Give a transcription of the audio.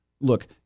Look